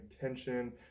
tension